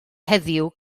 heddiw